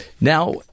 now